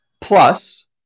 plus